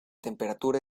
temperatura